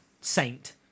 saint